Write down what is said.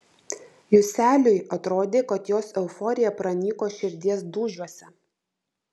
juseliui atrodė kad jos euforija pranyko širdies dūžiuose